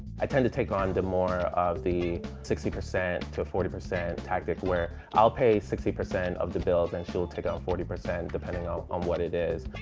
i tend to take on more of the sixty percent to forty percent tactic, where i'll pay sixty percent of the bills and she'll take out forty percent depending um on what it is.